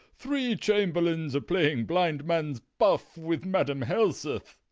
three chamberlains are playing blind-man's buff with madam helseth.